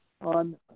on